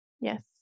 Yes